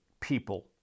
people